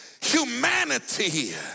humanity